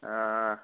ആ